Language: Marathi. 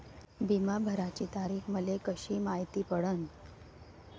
बिमा भराची तारीख मले कशी मायती पडन?